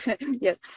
Yes